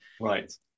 Right